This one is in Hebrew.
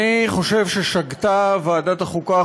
אני חושב ששגתה ועדת החוקה,